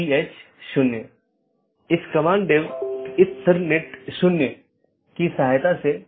metric पर कोई सार्वभौमिक सहमति नहीं है जिसका उपयोग बाहरी पथ का मूल्यांकन करने के लिए किया जा सकता है